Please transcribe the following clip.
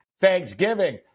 Thanksgiving